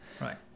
Right